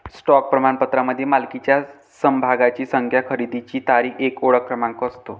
stock प्रमाणपत्रामध्ये मालकीच्या समभागांची संख्या, खरेदीची तारीख, एक ओळख क्रमांक असतो